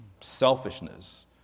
selfishness